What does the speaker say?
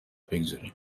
بگذاریم